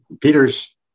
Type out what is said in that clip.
Peter's